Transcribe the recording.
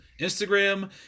Instagram